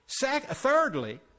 Thirdly